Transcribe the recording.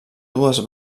dues